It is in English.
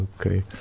Okay